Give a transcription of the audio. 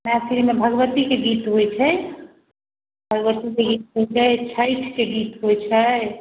मैथिलीमे भगवतीके गीत होइ छै भगवतीके गीत होइ छै छइठके गीत होइ छै